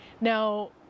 Now